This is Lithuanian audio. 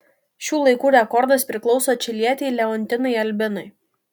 šių laikų rekordas priklauso čilietei leontinai albinai